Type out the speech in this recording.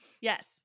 Yes